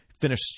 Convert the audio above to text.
finish